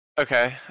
Okay